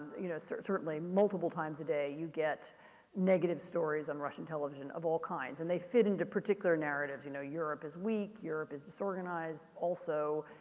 you know, certainly multiple times a day you get negative stories on russian television of all kinds. and they fit into particular narratives. you know, europe is weak. europe is disorganized. also,